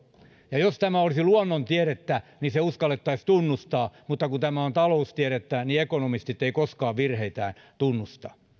jos tämä olisi luonnontiedettä niin se uskallettaisiin tunnustaa mutta kun tämä on taloustiedettä niin ekonomistit eivät koskaan virheitään tunnusta